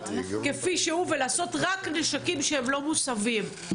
כפי שהוא ולעשות רק נשקים שהם לא מוסבים.